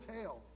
tale